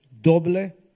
doble